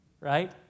right